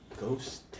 Ghost